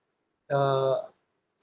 uh